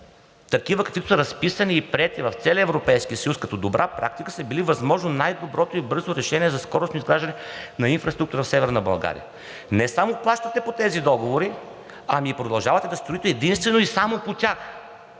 такива каквито са разписани и приети в целия Европейски съюз като добра практика, са били възможно най-доброто и бързо решение за скоростно изграждане на инфраструктура в Северна България. Не само плащате по тези договори, ами и продължавате да строите единствено и само по тях!